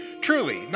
truly